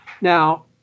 Now